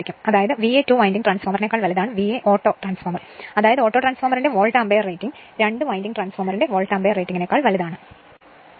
അതായത് VA 2 winding ട്രാൻസ്ഫോർമറിനേക്കാൾ വലുതാണ് VA auto അതായത് ഓട്ടോ ട്രാൻസ്ഫോർമറിന്റെ വോൾട് ആമ്പയർ റേറ്റിങ് 2 വൈൻഡിങ് ട്രാൻസ്ഫോർമറിന്റെ വിദ്യുച്ഛക്തിമാത്രയുടെ ആമ്പയർ ന്റെ അനുപാതം റേറ്റിംഗിനേക്കാൾ വലുതാണ്